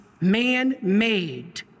man-made